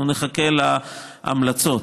אנחנו נחכה להמלצות.